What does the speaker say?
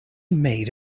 made